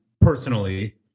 personally